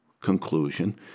conclusion